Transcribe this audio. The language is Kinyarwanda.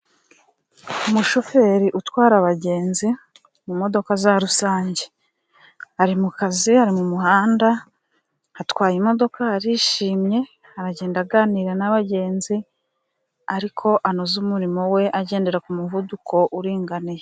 Umushoferi utwara abagenzi mu modoka za rusange, ari mu kazi ari mu muhanda atwaye imodoka arishimye, aragenda aganira nabagenzi, ariko anoza umurimo we agendera ku muvuduko uringaniye.